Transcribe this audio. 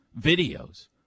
videos